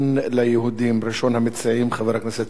ראשון המציעים, חבר הכנסת יריב לוין, בבקשה.